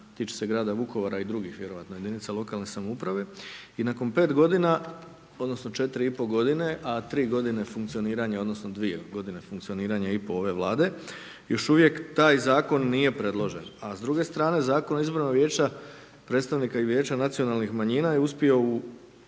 tiče se grada Vukovara i drugih vjerojatno jedinica lokalne samouprave, i nakon pet godina odnosno četiri i pol godine, a tri godine funkcioniranja odnosno dvije godine funkcioniranja i po' ove Vlade, još uvijek taj Zakon nije predložen, a s druge strane Zakon o izboru vijeća, predstavnika i Vijeća nacionalnih manjina, je uspio u